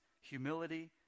humility